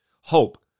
hope